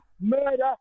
murder